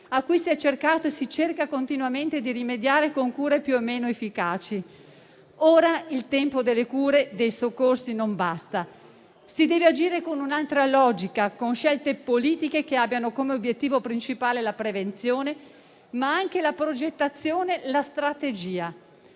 a cui si è cercato e si cerca continuamente di rimediare con cure più o meno efficaci. Ora, il tempo delle cure e dei soccorsi non basta. Si deve agire con un'altra logica, con scelte politiche che abbiano come obiettivo principale la prevenzione, ma anche la progettazione, la strategia;